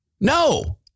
No